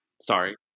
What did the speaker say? Sorry